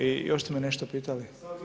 I još ste me nešto pitali?